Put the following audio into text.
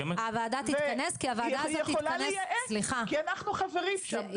היא יכולה לייעץ כי אנחנו חברים שם.